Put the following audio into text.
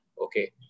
okay